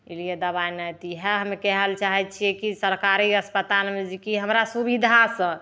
ई लै दबाइ नहि तऽ इएह हम कहै लऽ चाहैत छियै कि सरकारी अस्पतालमे जेकि हमरा सुबिधासँ